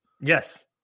Yes